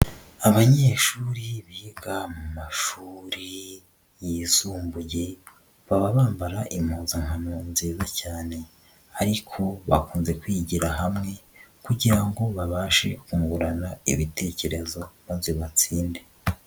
Abanyeshuri biga mu mashuri yisumbuye, baba bambara impunzankano nziza cyane, ariko bakunze kwigira hamwe kugira ngo babashe kungurana ibitekerezo maze batsinde.